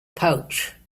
pouch